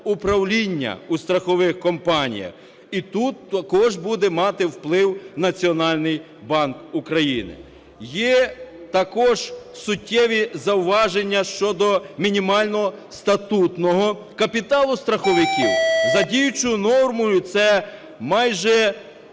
управління в страхових компаніях. І тут також буде мати вплив Національний банк України. Є також суттєві зауваження щодо мінімального статутного капіталу страховиків. За діючою нормою це майже